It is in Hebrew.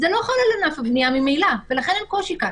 זה לא חל על ענף הבנייה ממילא, ולכן אין קושי כאן.